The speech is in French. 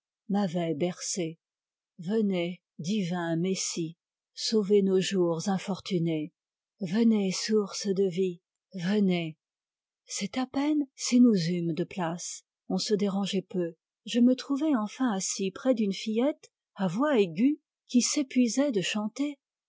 m'avait bercé venez divin messie sauvez nos jours infortunés venez source de vie venez c'est à peine si nous eûmes de place on se dérangeait peu je me trouvai enfin assis près d'une fillette à voix aiguë qui s'épuisait de chanter